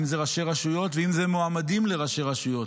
אם זה ראשי רשויות ואם זה מועמדים לראשי רשויות,